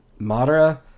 Madara